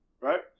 right